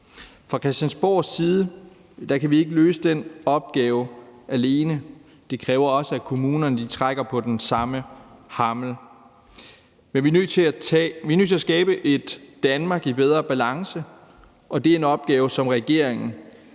Fra Christiansborgs side kan vi ikke løse den opgave alene. Det kræver også, at kommunerne trækker på den samme hammel. Men vi er nødt til at skabe et Danmark i bedre balance, og det er en opgave, som regeringen